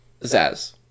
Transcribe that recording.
Zaz